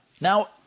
Now